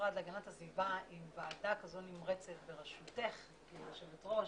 המשרד להגנת הסביבה עם ועדה כזו נמרצת בראשותך היושבת ראש,